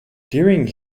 during